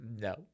no